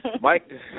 Mike